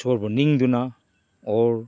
ꯏꯁꯣꯔꯕꯨ ꯅꯤꯡꯗꯨꯅ ꯑꯣꯔ